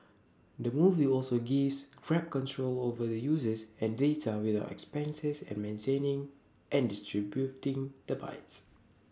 the move also gives grab control over the users and data without the expenses of maintaining and distributing the bikes